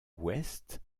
ouest